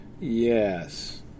Yes